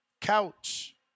couch